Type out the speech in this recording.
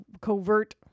covert